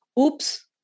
Oops